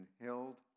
held